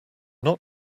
not